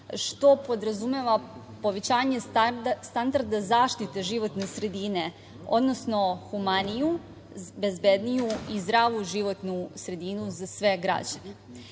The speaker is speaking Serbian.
što podrazumeva povećanje standarda zaštite životne sredine, odnosno humaniju, bezbedniju i zdravu životnu sredinu za sve građane. Prvom